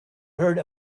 heard